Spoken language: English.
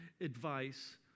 advice